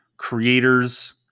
creators